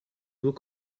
nur